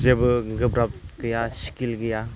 जेबो गोब्राब गैया स्केल गैया